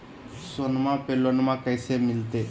सोनमा पे लोनमा कैसे मिलते?